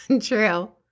True